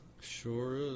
Sure